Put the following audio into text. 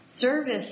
Service